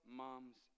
moms